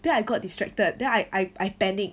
then I got distracted then I I I panic